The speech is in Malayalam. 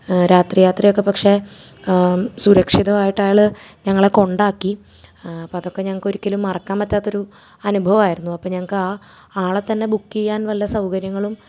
രാത്രി യാത്രയൊക്കെ പക്ഷേ സുരക്ഷിതാമായിട്ട് അയാൾ ഞങ്ങളെ കൊണ്ടാക്കി അപ്പം അതൊക്കെ ഞങ്ങൾക്കൊരിക്കലും മറക്കാമ്പറ്റാത്തൊരു അനുഭവമായിരുന്നു അപ്പം ഞങ്ങൾക്ക് ആ ആളെത്തന്നെ ബുക്ക് ചെയ്യാന് വല്ല സൗകര്യങ്ങളും